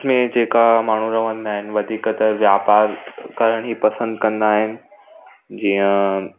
में जेका माण्हू रहंदा आहिनि वधीक त वापारु करण ई पसंदि कंदा आहिनि जीअं